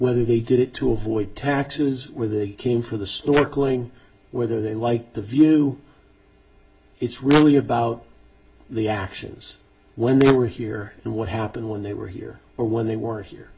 whether they did it to avoid taxes where they came for the snorkelling whether they liked the view it's really about the actions when they were here and what happened when they were here or when they were here